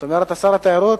זאת אומרת, שר התיירות